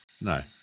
No